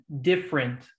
different